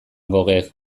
goghek